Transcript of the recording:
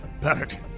Perfect